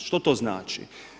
Što to znači?